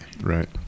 Right